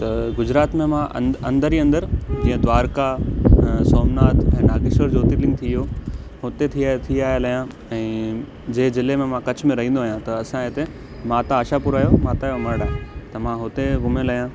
त गुजरात में मां अंद अंदरि ई अंदरि जीअं द्वारिका सोमनाथ ऐं नागेश्वर ज्योतिर्लिंग थी वियो हुते थिया थी आयल आहियां ऐं जे जिले में मां कच्छ में रहींदो आहियां त असांजे हिते माता आशापुरा जो माता जो मढ़ आहे त मां हुते जो घुमियल आहियां